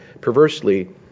perversely